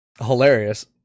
Hilarious